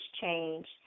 change